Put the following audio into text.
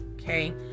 Okay